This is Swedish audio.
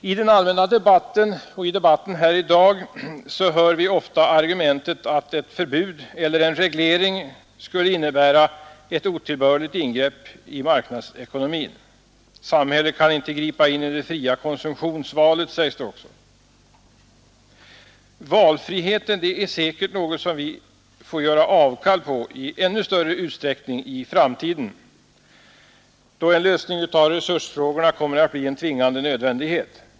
I den allmänna debatten och i debatten här i dag hör vi ofta argumentet att ett förbud eller en reglering skulle innebära ett otillbörligt ingrepp i marknadsekonomin. Samhället kan inte gripa in i det fria konsumtionsvalet, sägs det också. Valfriheten är säkert något som vi får göra avkall på i ännu större utsträckning i framtiden, då en lösning av resursfrågorna kommer bli en tvingande nödvändighet.